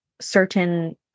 certain